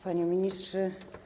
Panie Ministrze!